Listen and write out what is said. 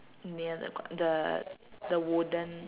near the co~ the the wooden